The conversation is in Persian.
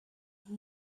این